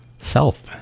self